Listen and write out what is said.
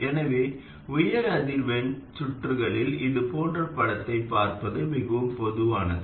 எனவே உயர் அதிர்வெண் சுற்றுகளில் இதுபோன்ற படத்தைப் பார்ப்பது மிகவும் பொதுவானது